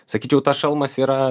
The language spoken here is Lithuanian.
sakyčiau tas šalmas yra